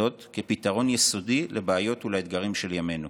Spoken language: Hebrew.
וזאת כפתרון יסודי לבעיות ולאתגרים של ימינו.